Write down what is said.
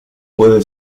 puede